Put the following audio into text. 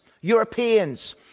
Europeans